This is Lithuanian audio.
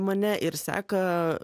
mane ir seka